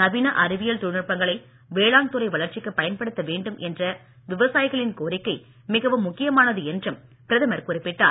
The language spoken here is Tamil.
நவீன அறிவியல் தொழில் நுட்பங்களை வேளாண் துறை வளர்ச்சிக்கு பயன்படுத்த வேண்டும் என்ற விவசாயிகளின் கோரிக்கை மிகவும் முக்கியமானது என்றும் பிரதமர் குறிப்பிட்டார்